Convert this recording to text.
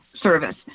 service